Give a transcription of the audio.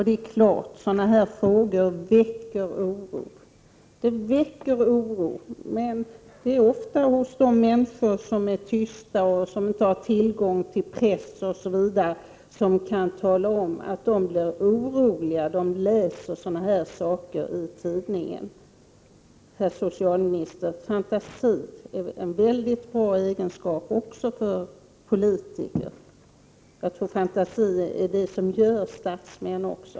Det är klart att sådana här frågor väcker oro, ofta hos människor som är tysta och som inte har tillgång till press osv. och därför inte kan tala om att de blir oroliga när de läser om sådana här saker i tidningen. Herr socialminister! Fantasi är en väldigt bra egenskap, också för politiker. Jag tror att fantasi hör till det som gör statsmän.